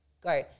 go